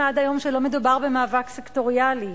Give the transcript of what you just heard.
עד היום שלא מדובר במאבק סקטוריאלי.